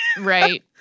Right